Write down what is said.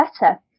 better